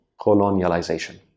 colonialization